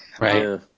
Right